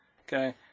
Okay